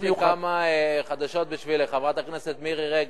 יש לי כמה חדשות בשבילך, חברת הכנסת מירי רגב,